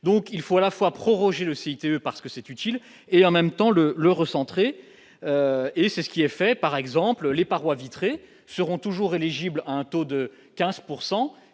donc il faut à la fois proroger le citer parce que c'est utile, et en même temps le le recentrer et c'est ce qui est fait par exemple les parois vitrées seront toujours éligible à un taux de 15